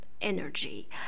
energy